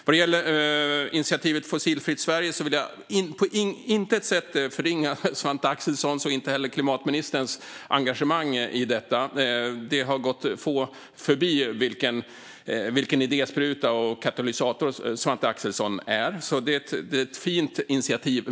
Vad gäller initiativet Fossilfritt Sverige vill jag på intet sätt förringa Svante Axelssons, och inte heller klimatministerns, engagemang i detta. Det har gått få förbi vilken idéspruta och katalysator Svante Axelsson är. Det är ett fint initiativ.